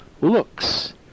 looks